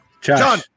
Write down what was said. John